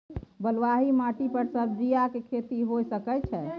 बलुआही माटी पर सब्जियां के खेती होय सकै अछि?